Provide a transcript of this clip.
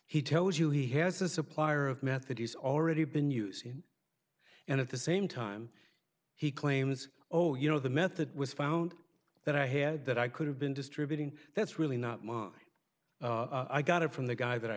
he tells you he has a supplier of method he's already been using and at the same time he claims oh you know the method was found that i had that i could have been distributing that's really not my i got it from the guy that